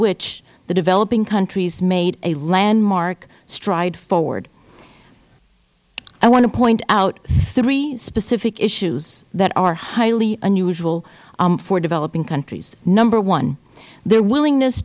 which developing countries made a landmark stride forward i want to point out three specific issues that are highly unusual for developing countries number one their willingness